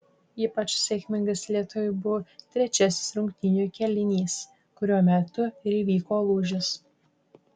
ypač sėkmingas lietuviui buvo trečiasis rungtynių kėlinys kuriuo metu ir įvyko lūžis